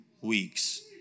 weeks